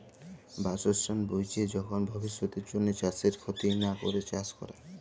বাসস্থাল বুইঝে যখল ভবিষ্যতের জ্যনহে চাষের খ্যতি লা ক্যরে চাষ ক্যরা